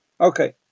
Okay